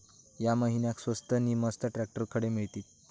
या महिन्याक स्वस्त नी मस्त ट्रॅक्टर खडे मिळतीत?